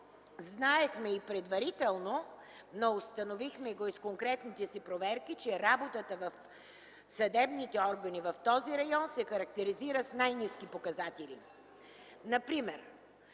Знаехме и предварително, но установихме и с конкретните си проверки, че работата на съдебните органи в този район се характеризира с най ниски показатели.